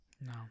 No